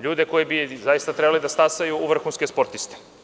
ljude koji bi zaista trebali da stasaju u vrhunske sportiste.